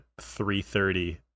330